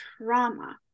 trauma